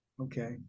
Okay